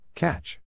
Catch